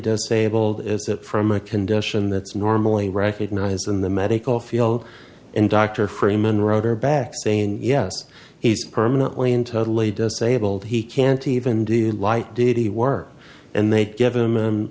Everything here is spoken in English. disabled is it from a condition that's normally recognized in the medical field and dr freeman wrote her back saying yes he's permanently in totally disabled he can't even do the light duty work and they'd given him